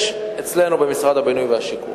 יש אצלנו, במשרד הבינוי והשיכון,